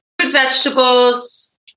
vegetables